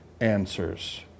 answers